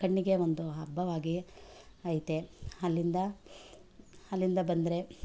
ಕಣ್ಣಿಗೆ ಒಂದು ಹಬ್ಬವಾಗಿ ಐತೆ ಅಲ್ಲಿಂದ ಅಲ್ಲಿಂದ ಬಂದರೆ